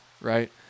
right